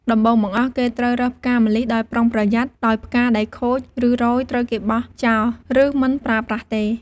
ដំបូងបង្អស់ គេត្រូវរើសផ្កាម្លិះដោយប្រុងប្រយ័ត្ន ដោយផ្កាដែលខូច ឬរោយត្រូវគេបោះចោល ឬមិនប្រើប្រាស់ទេ។